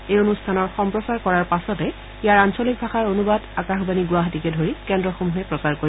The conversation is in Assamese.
এই অনুষ্ঠানৰ সম্প্ৰচাৰ কৰাৰ পাচতেই ইয়াৰ আঞ্চলিক ভাষাৰ অনুবাদ আকাশবাণী গুৱাহাটীকে ধৰি কেন্দ্ৰসমূহে প্ৰচাৰ কৰিব